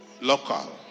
local